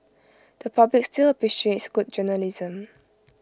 the public still appreciates good journalism